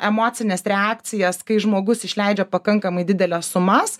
emocines reakcijas kai žmogus išleidžia pakankamai dideles sumas